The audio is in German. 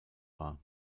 war